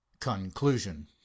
Conclusion